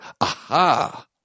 AHA